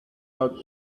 out